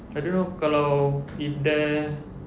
I don't know kalau if there